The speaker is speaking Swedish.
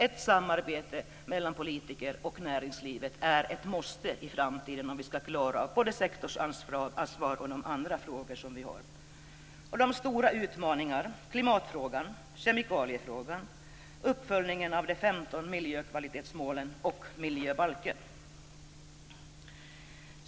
Ett samarbete mellan politiker och näringslivet är ett måste i framtiden om vi ska klara både sektorsansvaret och de andra frågorna. De stora utmaningarna är klimatfrågan, kemikaliefrågan, uppföljningen av de 15 miljökvalitetsmålen och miljöbalken.